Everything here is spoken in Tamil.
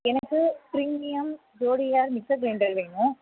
எனக்கு ப்ரீமியம் ஜோடியா மிக்ஸர் க்ரைண்டர் வேணும்